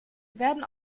werden